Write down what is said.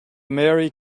merry